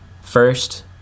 First